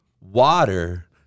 water